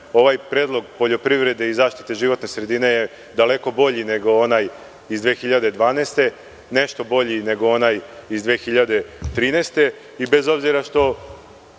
ovaj predlog poljoprivrede i zaštite životne sredine je daleko bolji nego onaj iz 2012. godine, nešto bolji nego onaj iz 2013.